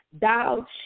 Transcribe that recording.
thou